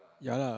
ya lah